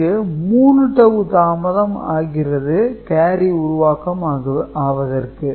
இங்கு 3 டவூ தாமதம் ஆகிறது கேரி உருவாக்கம் ஆவதற்கு